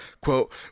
quote